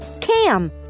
Cam